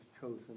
chosen